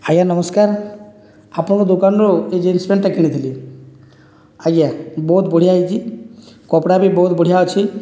ଆଜ୍ଞା ନମସ୍କାର ଆପଣଙ୍କ ଦୋକାନରୁ ଏହି ଜିନ୍ସ ପ୍ୟାଣ୍ଟଟା କିଣିଥିଲି ଆଜ୍ଞା ବହୁତ ବଢ଼ିଆ ହୋଇଛି କପଡ଼ା ବି ବହୁତ ବଢ଼ିଆ ଅଛି